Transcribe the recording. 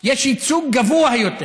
יש ייצוג גבוה יותר